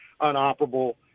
unoperable